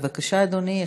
בבקשה, אדוני.